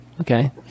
okay